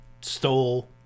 stole